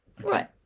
right